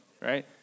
right